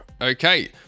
Okay